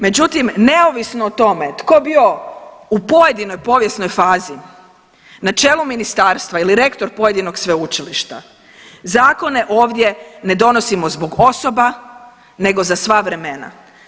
Međutim, neovisno o tome tko bio u pojedinoj povijesnoj fazi na čelu ministarstva ili rektor pojedinog sveučilišta zakone ovdje ne donosimo zbog osoba, nego za sva vremena.